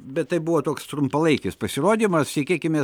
bet tai buvo toks trumpalaikis pasirodymas tikėkime